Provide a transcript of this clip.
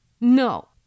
No